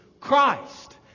Christ